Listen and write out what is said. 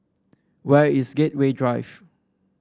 where is Gateway Drive